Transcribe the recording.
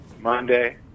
Monday